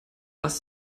was